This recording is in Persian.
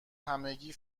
همگی